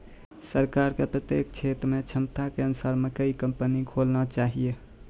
सरकार के प्रत्येक क्षेत्र मे क्षमता के अनुसार मकई कंपनी खोलना चाहिए?